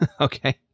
Okay